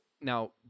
now